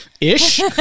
Ish